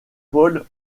paul